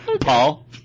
Paul